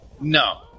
no